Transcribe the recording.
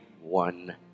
one